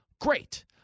Great